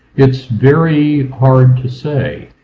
it's very hard to say.